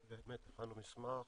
הכנו מסמך